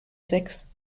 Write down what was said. sechs